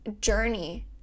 journey